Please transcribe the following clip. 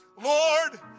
Lord